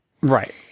right